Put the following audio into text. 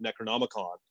Necronomicon